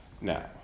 now